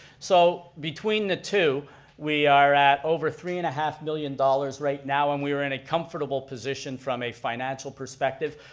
so between the two we are at over three and a half million dollars right now and we are in a comfortable position from a financial perspective.